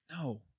No